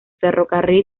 ferrocarril